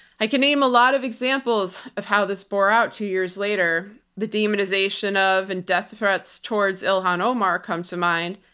i can name a lot of examples of how this bore out two years later the demonization of and death threats towards ilhan omar come to mind,